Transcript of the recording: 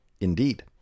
Indeed